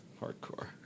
Hardcore